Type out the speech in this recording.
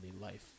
life